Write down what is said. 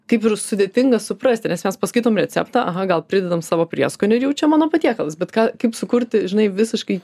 kaip ir sudėtinga suprasti nes mes paskaitom receptą aha gal pridedam savo prieskonių ir jau čia mano patiekalas bet ką kaip sukurti žinai visiškai